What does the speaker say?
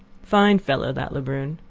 fine fellow, that lebrun,